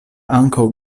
ankaŭ